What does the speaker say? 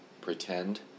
pretend